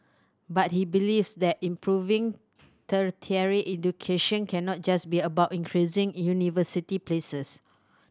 but he believes that improving tertiary education cannot just be about increasing university places